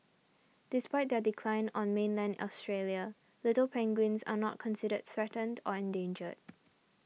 despite their decline on mainland Australia little penguins are not considered threatened or endangered